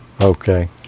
Okay